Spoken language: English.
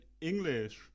english